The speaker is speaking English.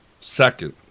Second